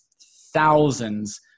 thousands